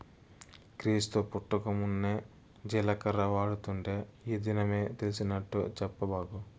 క్రీస్తు పుట్టకమున్నే జీలకర్ర వాడుతుంటే ఈ దినమే తెలిసినట్టు చెప్పబాకు